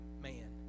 man